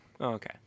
Okay